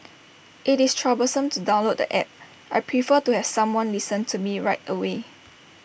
IT is troublesome to download the App I prefer to have someone listen to me right away